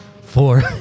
Four